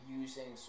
using